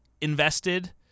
invested